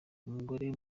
umugore